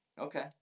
Okay